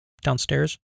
downstairs